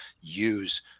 use